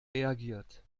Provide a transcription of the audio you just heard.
reagiert